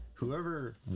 Whoever